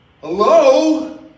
hello